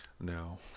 No